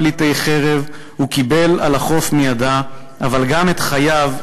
פליטי חרב/ הוא קיבל על החוף מידה,/ אבל גם את חייו,